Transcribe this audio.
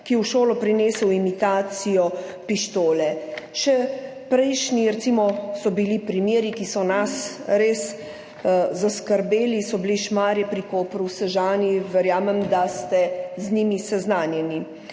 je v šolo prinesel imitacijo pištole. Še prejšnji primeri, ki so nas res zaskrbeli, so bili recimo Šmarje pri Kopru, Sežana. Verjamem, da ste z njimi seznanjeni.